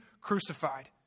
crucified